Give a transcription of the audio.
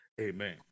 Amen